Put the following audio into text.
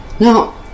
Now